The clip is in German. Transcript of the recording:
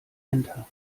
enter